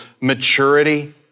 maturity